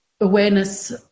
awareness –